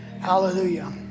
Hallelujah